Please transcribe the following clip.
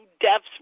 deaths